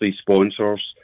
sponsors